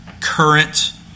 current